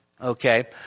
Okay